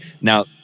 Now